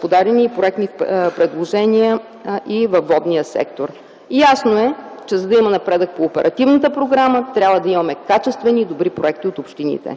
Подадени са проектни предложения и във водния сектор. Ясно е, че за да има напредък по оперативната програма, трябва да имаме качествени и добри проекти от общините.